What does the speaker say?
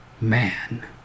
man